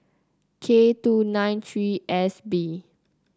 K two nine three S B